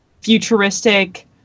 futuristic-